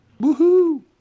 Woohoo